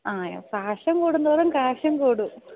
ആഹ് fashion കൂടുന്തോറും കാശും കൂടും